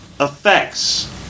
Effects